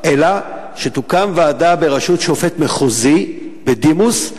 אלא תוקם ועדה בראשות שופט מחוזי בדימוס,